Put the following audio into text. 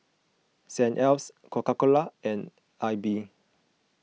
Saint Ives Coca Cola and Aibi